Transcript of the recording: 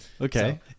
okay